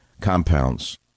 compounds